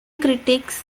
critics